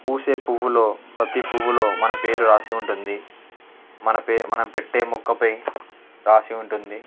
పూసే పువ్వులో ప్రతి పువ్వులో మన పేరు రాసి ఉంటుంది మనంపెట్టే మొక్కపై రాసి ఉంటుంది